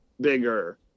bigger